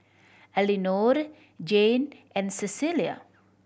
Elinore Jane and Cecilia